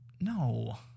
No